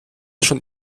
schon